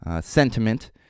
sentiment